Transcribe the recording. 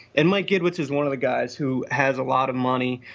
and mike edwards is one of the guys who has a lot of money,